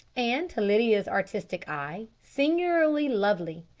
and to lydia's artistic eye, singularly lovely.